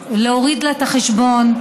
להוריד לה את החשבון,